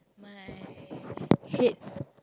my head